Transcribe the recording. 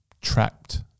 trapped